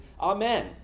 Amen